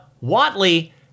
Watley